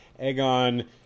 Aegon